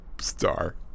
star